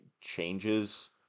changes